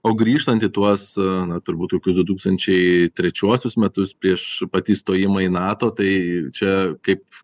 o grįžtant į tuos na turbūt kokius du tūkstančiai trečiuosius metus prieš pat įstojimą į nato tai čia kaip